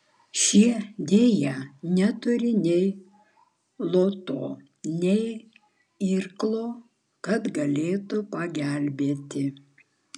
šie deja neturi nei luoto nei irklo kad galėtų pagelbėti